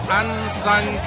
unsung